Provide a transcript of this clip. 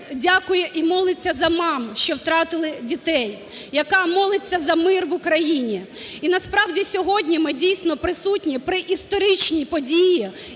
дякує і молиться за мам, що втратили дітей, яка молиться за мир в Україні. І, насправді, сьогодні ми, дійсно, присутні при історичній події,